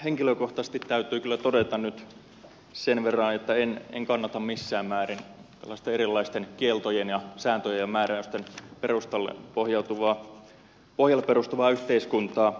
henkilökohtaisesti täytyy kyllä todeta nyt sen verran että en kannata missään määrin tällaisten erilaisten kieltojen ja sääntöjen ja määräysten pohjalle perustuvaa yhteiskuntaa